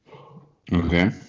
Okay